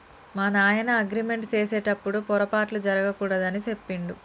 మా నాయన అగ్రిమెంట్ సేసెటప్పుడు పోరపాట్లు జరగకూడదు అని సెప్పిండు